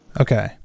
Okay